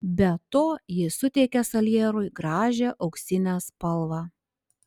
be to ji suteikia salierui gražią auksinę spalvą